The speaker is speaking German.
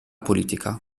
politiker